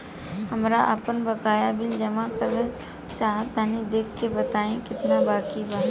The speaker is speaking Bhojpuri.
हमरा आपन बाकया बिल जमा करल चाह तनि देखऽ के बा ताई केतना बाकि बा?